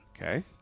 Okay